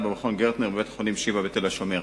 במכון גרטנר בבית-החולים "שיבא" בתל-השומר.